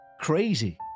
crazy